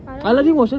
aladdin